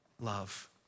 love